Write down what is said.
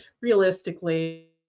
realistically